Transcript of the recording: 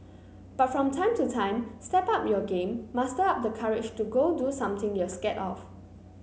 but from time to time step up your game muster up the courage and go do something you're scared of